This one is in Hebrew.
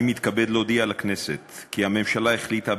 אני מתכבד להודיע לכנסת כי הממשלה החליטה,